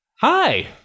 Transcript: Hi